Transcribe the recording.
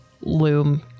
Loom